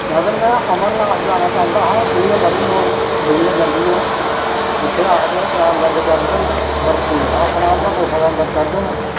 मगर में अमरनाथ जाना चांहदा हा कि के बड़ी लोक दुनियां जंदी ऐ उत्थै आखदे त्रै लिंग चढदे ना बर्फो दे अपने आप गै गुफा दे अंदर चढ़दे ना